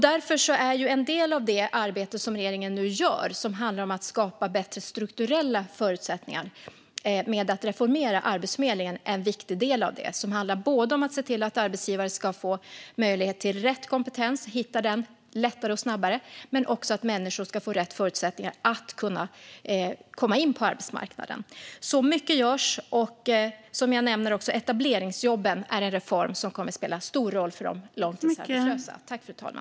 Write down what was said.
Därför är en del av det arbete som regeringen nu gör, som handlar om att skapa bättre strukturella förutsättningar genom att reformera Arbetsförmedlingen en viktig del. Det handlar både om att arbetsgivare ska få tag på rätt kompetens lättare och snabbare och att människor ska få rätt förutsättningar att komma in på arbetsmarknaden. Det är mycket som görs. Etableringsjobben är också en reform som kommer att spela en stor roll för de långtidsarbetslösa.